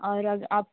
और अग आप